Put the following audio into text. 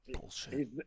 bullshit